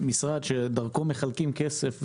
משרד שדרכו מחלקים כסף.